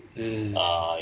mm